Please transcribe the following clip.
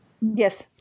Yes